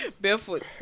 Barefoot